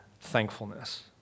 thankfulness